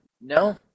no